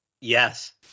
Yes